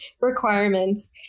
requirements